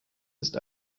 ist